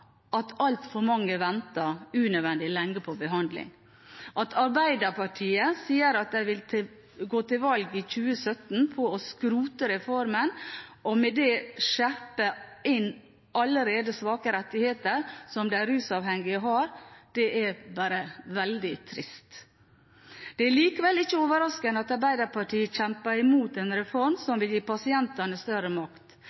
at altfor mange venter unødvendig lenge på behandling. At Arbeiderpartiet sier at de vil gå til valg i 2017 på å skrote reformen, og med det skjerpe inn allerede svake rettigheter som de rusavhengige har, er bare veldig trist. Det er likevel ikke overraskende at Arbeiderpartiet kjemper imot en reform som vil gi pasientene større makt.